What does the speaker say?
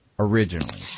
Originally